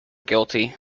guilty